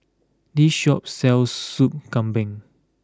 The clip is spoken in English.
this shop sells Sup Kambing